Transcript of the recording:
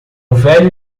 velho